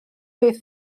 beth